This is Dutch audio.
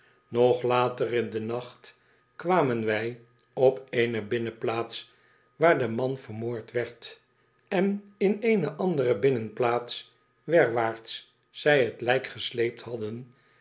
nog later in den nacht kwamen wij op eene binnenplaats waar de man vermoord werd en in eene andere binnenplaats werwaarts zij het lijk gesleept hadden